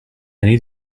need